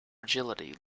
agility